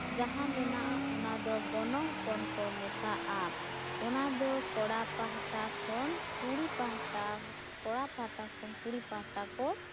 ᱡᱟᱦᱟᱸ ᱢᱮᱱᱟᱜᱼᱟ ᱚᱱᱟᱫᱚ ᱜᱚᱱᱚᱝ ᱯᱚᱱᱼᱠᱚ ᱢᱮᱛᱟᱜᱼᱟ ᱚᱱᱟᱫᱚ ᱠᱚᱲᱟ ᱯᱟᱦᱟᱴᱟ ᱠᱷᱚᱱ ᱠᱩᱲᱤ ᱯᱟᱦᱟᱴᱟ ᱠᱚ